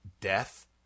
death